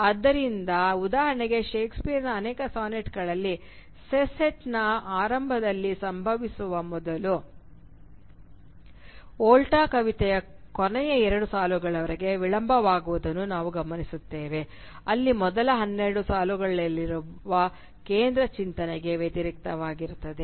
ಆದ್ದರಿಂದ ಉದಾಹರಣೆಗೆ ಷೇಕ್ಸ್ಪಿಯರ್ನ ಅನೇಕ ಸಾನೆಟ್ಗಳಲ್ಲಿ ಸೆಸ್ಟೆಟ್ನ ಆರಂಭದಲ್ಲಿ ಸಂಭವಿಸುವ ಬದಲು ವೋಲ್ಟಾವು ಕವಿತೆಯ ಕೊನೆಯ ಎರಡು ಸಾಲುಗಳವರೆಗೆ ವಿಳಂಬವಾಗುವುದನ್ನು ನಾವು ಗಮನಿಸುತ್ತೇವೆ ಅಲ್ಲಿ ಮೊದಲ ಹನ್ನೆರಡು ಸಾಲುಗಳಲ್ಲಿರುವ ಕೇಂದ್ರ ಚಿಂತನೆಗೆ ವ್ಯತಿರಿಕ್ತವಾಗಿರುತ್ತದೆ